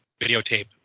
videotape